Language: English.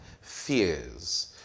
fears